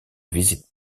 visite